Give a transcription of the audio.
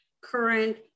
current